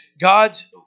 God's